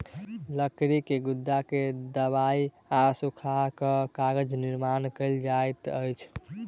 लकड़ी के गुदा के दाइब आ सूखा कअ कागजक निर्माण कएल जाइत अछि